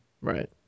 Right